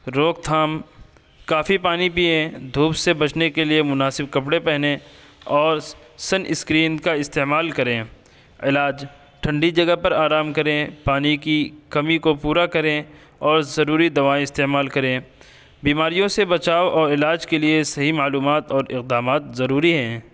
روک تھام کافی پانی پئیں دھوپ سے بچنے کے لیے مناسب کپڑے پہنیں اور سن اسکرین کا استعمال کریں علاج ٹھنڈی جگہ پر آرام کریں پانی کی کمی کو پورا کریں اور ضروری دوائیں استعمال کریں بیماریوں سے بچاؤ اور علاج کے لیے صحیح معلومات اور اقدامات ضروری ہیں